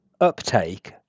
uptake